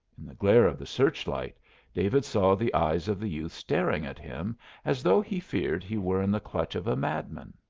in the glare of the search-light david saw the eyes of the youth staring at him as though he feared he were in the clutch of a madman.